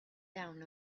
down